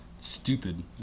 Stupid